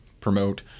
promote